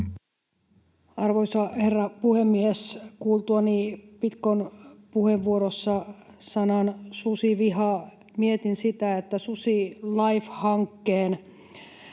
Arvoisa herra puhemies! Kuultuani Pitkon puheenvuorossa sanan ”susiviha”, mietin sitä, että SusiLIFE-hankkeen